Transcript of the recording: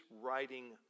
writing